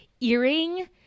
earring